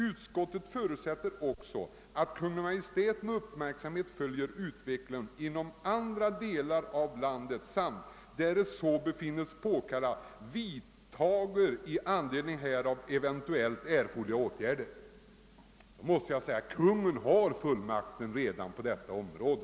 Utskottet förutsätter också att Kungl. Maj:t med uppmärksamhet följer utvecklingen inom andra delar av landet samt, därest så befinnes påkallat, vidtager i anledning härav eventuellt erforderliga åtgärder.» Då måste jag säga att Kungl. Maj:t redan har fullmakt på detta område.